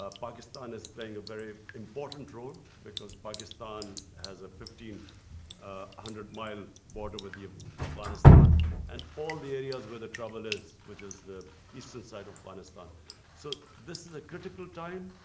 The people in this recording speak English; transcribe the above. ah pakistan is playing a very important role because pakistan has a fifteen one hundred mile border with you afghanistan and all the areas where the trouble is which is the eastern side of minus nine so this is a critical time.